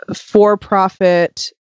for-profit